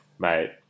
Mate